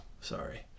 sorry